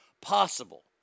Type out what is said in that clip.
possible